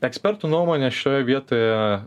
ekspertų nuomone šioje vietoje